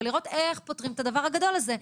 ולראות איך פותרים את הדבר הגדול הזה.